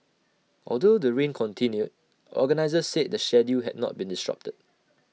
although the rain continued organisers said the schedule had not been disrupted